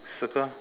circle ah